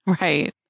right